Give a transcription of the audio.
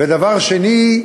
ודבר שני,